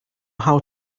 how